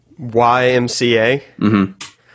YMCA